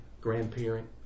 grandparent